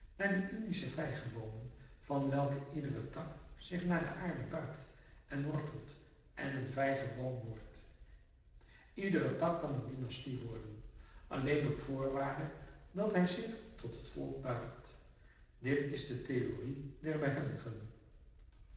naar die indische vijgeboomen van welke iedere tak zich naar de aarde buigt er wortelt en een vijgeboom wordt iedere tak kan een dynastie worden alleen op voorwaarde dat hij zich tot het volk buigt dit is de theorie der behendigen